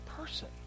person